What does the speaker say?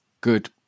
good